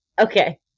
Okay